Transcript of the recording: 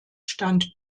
stand